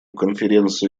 конференции